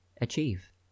achieve